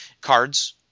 Cards